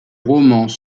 romans